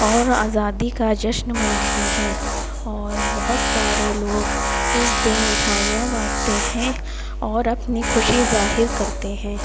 اور آزادی کا جشن مناتے ہیں اور بہت سارے لوگ اس دن مٹھائیاں بانٹتے ہیں اور اپنی خوشی ظاہر کرتے ہیں